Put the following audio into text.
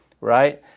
right